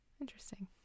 Interesting